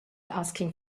asking